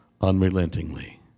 unrelentingly